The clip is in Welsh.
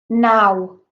naw